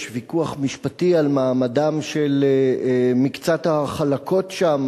יש ויכוח משפטי על מעמדן של מקצת החלקות שם.